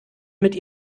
mit